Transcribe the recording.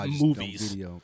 movies